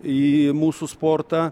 į mūsų sportą